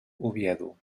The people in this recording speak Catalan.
oviedo